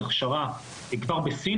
הכשרה כבר בסין,